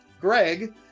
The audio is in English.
Greg